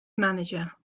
manager